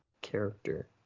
character